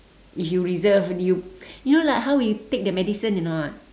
if you reserve you you know like how we take the medicine or not